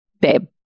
babe